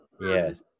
Yes